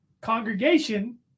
congregation